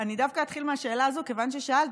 אני דווקא אתחיל מהשאלה הזו, כיוון ששאלת.